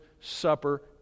Supper